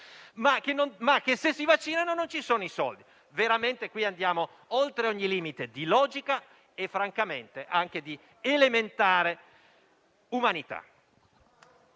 ma che se si vaccinano non ci sono i soldi. Veramente qui andiamo oltre ogni limite di logica e, francamente, anche di elementare umanità.